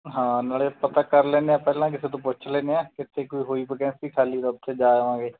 ਹਾਂ ਨਾਲੇ ਪਤਾ ਕਰ ਲੈਂਦੇ ਹਾਂ ਪਹਿਲਾਂ ਕਿਸੇ ਤੋਂ ਪੁੱਛ ਲੈਂਦੇ ਹਾਂ ਕਿੱਥੇ ਕੋਈ ਹੋਈ ਵੈਕੈਂਸੀ ਖਾਲੀ ਤਾਂ ਉੱਥੇ ਜਾ ਆਵਾਂਗੇ